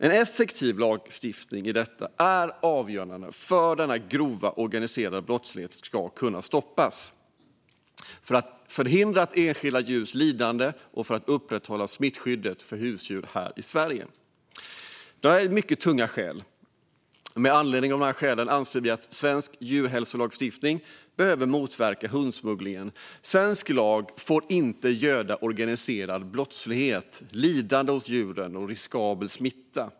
En effektiv lagstiftning i fråga om detta är avgörande för att denna grova organiserade brottslighet ska kunna stoppas för att förhindra enskilda djurs lidande och för att upprätthålla smittskyddet för husdjur här i Sverige. Det finns alltså mycket tunga skäl till detta. Med anledning av dessa skäl anser vi att svensk djurhälsolagstiftning behöver motverka hundsmugglingen. Svensk lag får inte göda organiserad brottslighet, lidande för djuren och riskabel smitta.